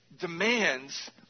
demands